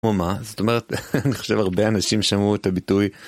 כמו מה, זאת אומרת, אני חושב הרבה אנשים שמעו את הביטוי.